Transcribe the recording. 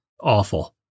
awful